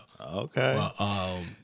Okay